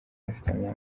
paracetamol